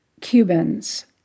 Cubans